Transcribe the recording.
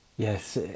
Yes